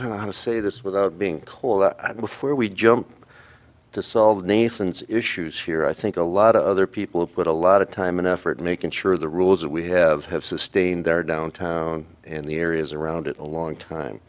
i don't know how to say this without being clear that before we jump to solve nathan's issues here i think a lot of other people have put a lot of time and effort making sure the rules that we have have sustained their downtown in the areas around it a long time